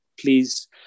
Please